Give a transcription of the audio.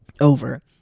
over